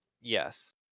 yes